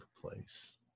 place